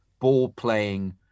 ball-playing